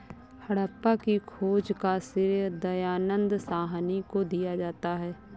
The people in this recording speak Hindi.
हड़प्पा की खोज का श्रेय दयानन्द साहनी को दिया जाता है